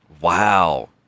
Wow